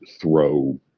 throw